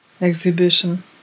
Exhibition